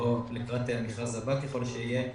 או לקראת מכרז הבא ככל שיהיה.